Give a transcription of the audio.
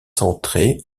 centré